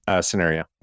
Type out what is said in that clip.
scenario